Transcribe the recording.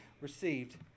received